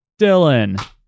Dylan